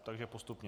Takže postupně.